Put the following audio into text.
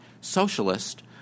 socialist